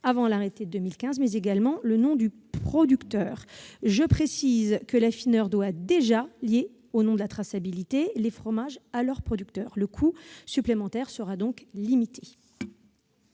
avant l'arrêté de 2015, mais également le nom du producteur. Je précise que l'affineur doit déjà lier, au nom de la traçabilité, les fromages à leurs producteurs. Le coût supplémentaire sera donc limité.